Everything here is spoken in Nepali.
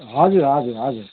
हजुर हजुर हजुर